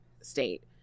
state